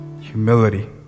humility